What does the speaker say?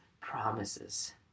promises